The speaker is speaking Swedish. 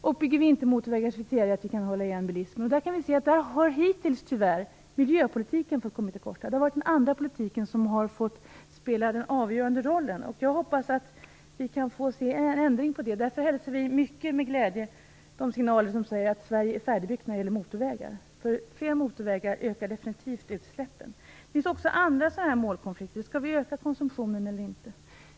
Om vi inte bygger motorvägar kan vi hålla igen bilismen. Där har miljöpolitiken tyvärr hittills fått komma till korta. Det har varit den andra politiken som har fått spela den avgörande rollen. Jag hoppas att vi kan få en ändring där. Därför hälsar vi med glädje de signaler som säger att Sverige är färdigbyggt när det gäller motorvägar. Fler motorvägar ökar definitivt utsläppen. Det finns också andra målkonflikter. Skall vi öka konsumtionen eller inte.